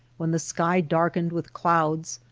when the sky darkened with clouds,